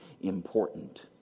important